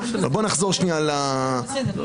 בואו נחזור שנייה לעניין.